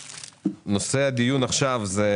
נושא הדיון עכשיו הוא: